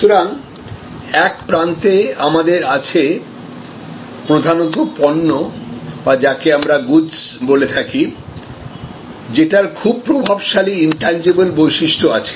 সুতরাং এক প্রান্তে আমাদের আছে প্রধানত পণ্য বা যাকে আমরা গুডস বলে থাকি যেটার খুব প্রভাবশালী ইনট্যানজিবল বৈশিষ্ট্য আছে